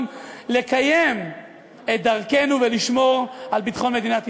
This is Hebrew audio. לקיים את דרכנו ולשמור על ביטחון מדינת ישראל.